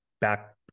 back